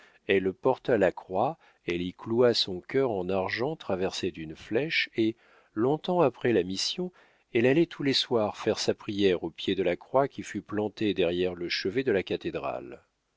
elle porta la croix elle y cloua son cœur en argent traversé d'une flèche et long-temps après la mission elle allait tous les soirs faire sa prière aux pieds de la croix qui fut plantée derrière le chevet de la cathédrale